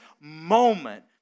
moment